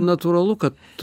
natūralu kad